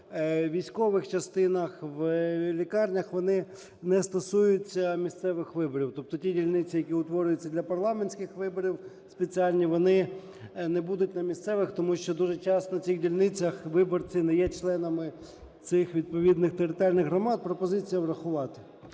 у військових частинах, у лікарнях, вони не стосуються місцевих виборів. Тобто ті дільниці, які утворюються для парламентських виборів спеціальні, вони не будуть на місцевих, тому що дуже часто на цих дільницях виборці не є членами цих відповідних територіальних громад. Пропозиція врахувати.